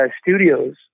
studios